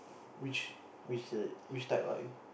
which which which type are you